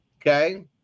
Okay